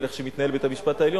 על איך מתנהל בית-המשפט העליון,